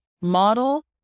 model